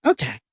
Okay